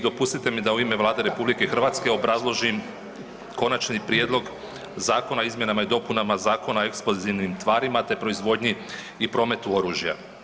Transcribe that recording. Dopustite mi da u ime Vlade RH obrazložim Konačni prijedlog zakona o izmjenama i dopunama Zakona o eksplozivnim tvarima te proizvodnji i prometu oružja.